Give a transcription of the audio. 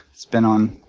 it's been on.